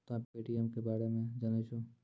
तोंय पे.टी.एम के बारे मे जाने छौं?